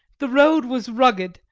the road was rugged,